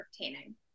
entertaining